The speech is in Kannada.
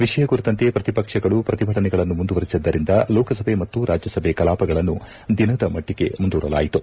ವಿಷಯ ಕುರಿತಂತೆ ಪ್ರತಿಪಕ್ಷಗಳು ಪ್ರತಿಭಟನೆಗಳನ್ನು ಮುಂದುವರಿಸಿದ್ದರಿಂದ ಲೋಕಸಭೆ ಮತ್ತು ರಾಜ್ಯಸಭೆ ಕಲಾಪಗಳನ್ನು ದಿನದ ಮಟ್ಟಿಗೆ ಮುಂದೂಡಲಾಯಿತು